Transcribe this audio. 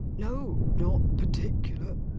no. not particular.